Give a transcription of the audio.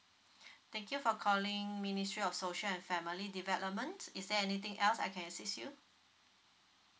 thank you for calling ministry of social and family developments is there anything else I can assist you